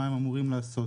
מה הם אמורים לעשות